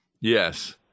Yes